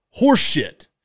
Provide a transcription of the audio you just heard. horseshit